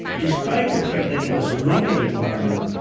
despite the fact that it was not a requirement,